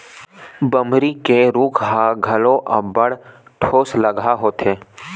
बमरी के रूख ह घलो अब्बड़ ठोसलगहा होथे